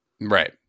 Right